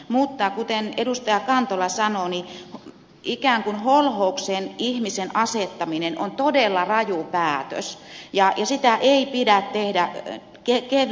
mutta kuten edustaja kantola sanoi ikään kuin ihmisen holhoukseen asettaminen on todella raju päätös ja sitä ei pidä tehdä kevyin perustein